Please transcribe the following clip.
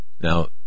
Now